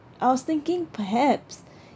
I was thinking perhaps